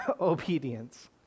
obedience